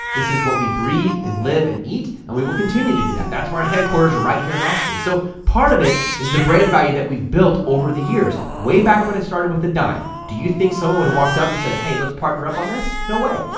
this is what we breathe and live and eat, and we will continue to do that, that's why our headquarters are right here in austin. so part of it is the brand value that we've built over the years way back when it started with a dime. do you think someone would have walked up and said, hey, let's partner up on this? no way.